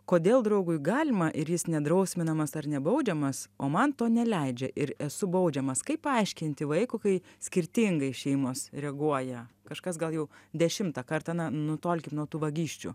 kodėl draugui galima ir jis nedrausminamas ar nebaudžiamas o man to neleidžia ir esu baudžiamas kaip paaiškinti vaikui kai skirtingai šeimos reaguoja kažkas gal jau dešimtą kartą na nutolkim nuo tų vagysčių